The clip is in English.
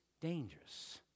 dangerous